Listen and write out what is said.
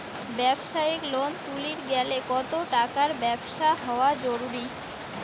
ব্যবসায়িক লোন তুলির গেলে কতো টাকার ব্যবসা হওয়া জরুরি?